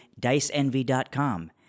DiceEnvy.com